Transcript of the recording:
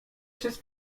przez